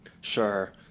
Sure